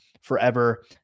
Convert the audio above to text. forever